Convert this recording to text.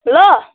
ल